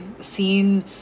seen